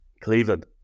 Cleveland